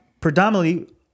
predominantly